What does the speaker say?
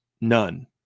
None